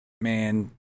man